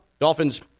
Dolphins